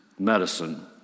medicine